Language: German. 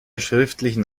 schriftlichen